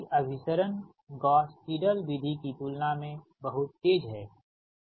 तोइसकी अभिसरण Gauss Seidel विधि की तुलना में बहुत तेज है